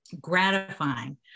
gratifying